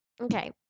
Okay